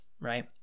right